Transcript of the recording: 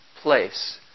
place